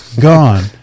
gone